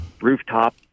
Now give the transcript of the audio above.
rooftop